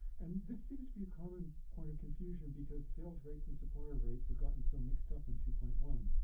and this seems to be a common point of confusion because sales rights and supplier rights have gotten so mixed up in two point one